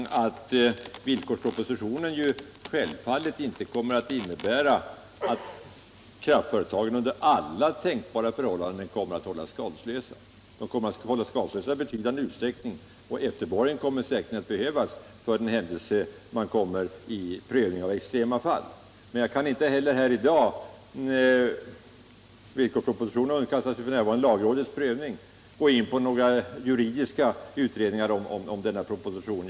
Villkorspropositionen innebär självfallet inte att kraftföretagen under alla tänkbara förhållanden kommer att hållas skadeslösa. De kommer att hållas skadeslösa i betydande utsträckning, men efterborgen kommer säkerligen att behövas för den händelse man måste pröva extrema fall. Jag kan emellertid inte i dag — villkorspropositionen underkastas f. n. lagrådets prövning — gå in på några juridiska uttalanden om denna proposition.